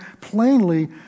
plainly